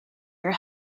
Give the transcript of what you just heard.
your